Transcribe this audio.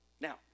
now